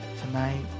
tonight